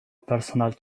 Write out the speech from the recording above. personal